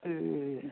ए